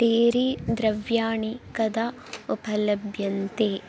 टेरी द्रव्याणि कदा उपलभ्यन्ते